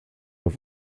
auf